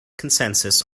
consensus